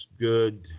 good